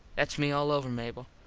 thats me all over, mable.